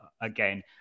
again